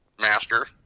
Master